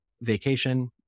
vacation